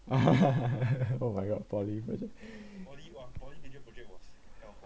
oh my god poly project